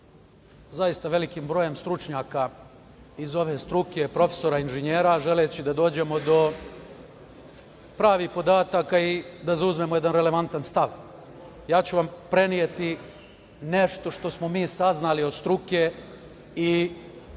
zaista velikim brojem stručnjaka iz ove struke, profesora, inženjera, želeći da dođemo do pravih podataka i da zauzmemo jedan relevantan stav. Ja ću vam preneti nešto što smo mi saznali od struke i zbog